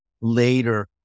later